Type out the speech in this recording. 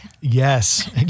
Yes